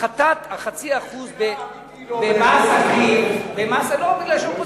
הפחתת ה-0.5% מי שלא אמיתי לא,